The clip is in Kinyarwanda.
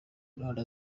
none